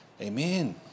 Amen